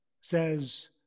says